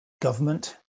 government